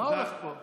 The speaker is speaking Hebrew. מה הולך פה?